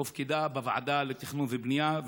הופקדה בוועדה לתכנון ובנייה,